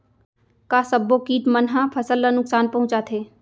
का सब्बो किट मन ह फसल ला नुकसान पहुंचाथे?